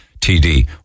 TD